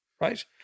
right